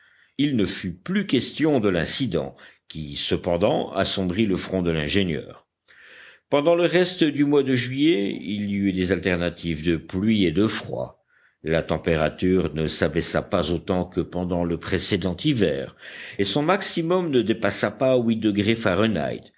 il ne fut plus question de l'incident qui cependant assombrit le front de l'ingénieur pendant le reste du mois de juillet il y eut des alternatives de pluie et de froid la température ne s'abaissa pas autant que pendant le précédent hiver et son maximum ne dépassa pas huit degrés fahrenheit